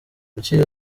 kuki